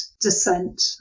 dissent